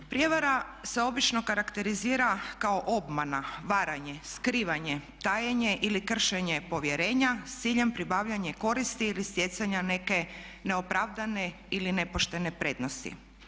Prijevara se obično karakterizira kao obmana, varanje, skrivanje, tajenje ili kršenje povjerenja sa ciljem pribavljanja koristi ili stjecanja neke neopravdane ili nepoštene prednosti.